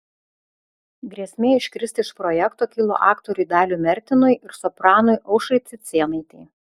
grėsmė iškristi iš projekto kilo aktoriui daliui mertinui ir sopranui aušrai cicėnaitei